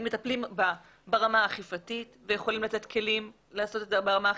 האם מטפלים בה ברמה אכיפתית ויכולים לתת כלים לעשות את זה ברמה אכיפתית?